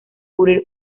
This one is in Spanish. cubrir